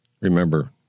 remember